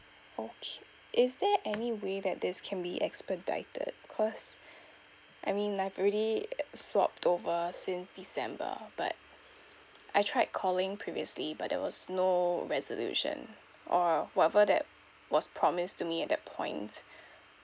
okay is there any way that this can be expedited cause I mean like already swapped over since december but I tried calling previously but there was no resolution or whatever that was promised to me at that point